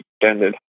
extended